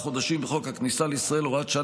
חודשים בחוק הכניסה לישראל (הוראת שעה,